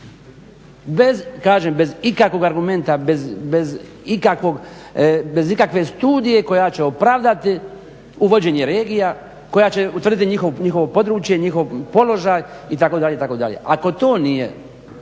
bez ikakvog argumenta, bez ikakve studije koja će opravdati uvođenje regija, koja će utvrditi njihovo područje, njihov položaj itd., itd. Ako to nije